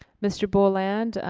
mr. boland,